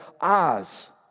eyes